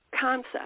concept